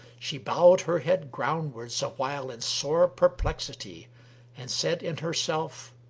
she bowed her head ground-wards awhile in sore perplexity and said in herself,